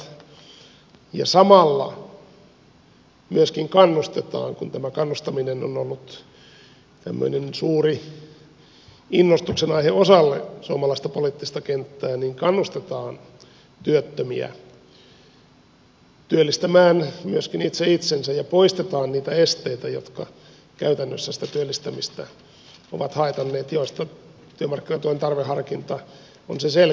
samalla myöskin kannustetaan kun tämä kannustaminen on ollut tämmöinen suuri innostuksen aihe osalle suomalaista poliittista kenttää työttömiä työllistämään itse itsensä ja poistetaan niitä esteitä jotka käytännössä sitä työllistymistä ovat haitanneet joista työmarkkinatuen tarveharkinta on selkein esimerkki